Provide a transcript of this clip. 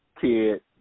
kid